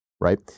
Right